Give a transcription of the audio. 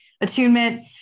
attunement